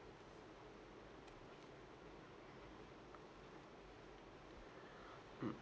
mm